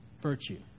virtue